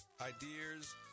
ideas